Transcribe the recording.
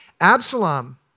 Absalom